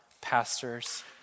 pastors